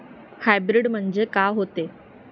Hybrid म्हनजे का होते?